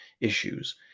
issues